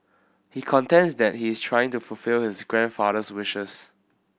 he contends that he is trying to fulfil his grandfather's wishes